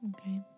Okay